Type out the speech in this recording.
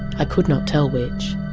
i could not tell which.